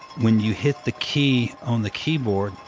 when you hit the key on the keyboard,